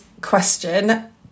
question